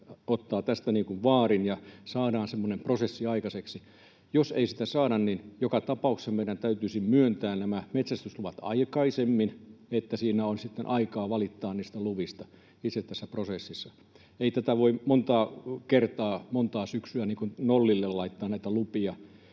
ottaa tästä vaarin ja saadaan semmoinen prosessi aikaiseksi. Jos ei sitä saada, niin joka tapauksessa meidän täytyisi myöntää nämä metsästys-luvat aikaisemmin, että on sitten aikaa valittaa niistä luvista itse tässä prosessissa. Ei näitä lupia voi montaa kertaa, montaa syksyä, nollille laittaa sen